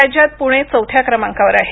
राज्यात पुणे चौथ्या क्रमांकावर आहे